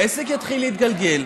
והעסק יתחיל להתגלגל.